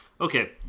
Okay